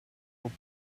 were